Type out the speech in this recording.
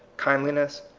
kindliness,